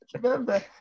remember